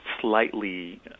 slightly